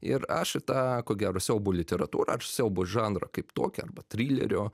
ir aš į tą ko gero siaubo literatūrą ir siaubo žanrą kaip tokį trilerio